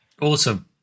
Awesome